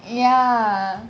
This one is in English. ya